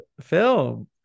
film